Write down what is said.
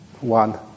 one